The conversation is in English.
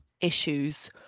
issues